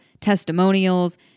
testimonials